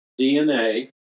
DNA